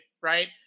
right